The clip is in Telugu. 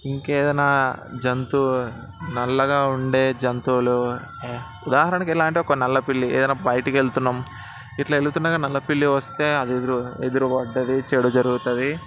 ఇంక ఏదన్నా జంతువు నల్లగా ఉండే జంతువులు ఉదాహరణకి ఎలా అంటే ఒక నల్లపిల్లి ఏదన్నా బయటికి వెళ్తున్నాం ఇట్లా వెళుతు ఉండగా నల్లపిల్లి వస్తే అది ఎదురుప ఎదురుపడ్డది చెడు జరుగుతుంది